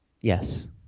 Yes